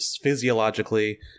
physiologically